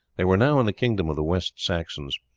they were now in the kingdom of the west saxons,